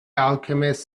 alchemist